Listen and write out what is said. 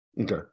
Okay